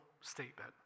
statement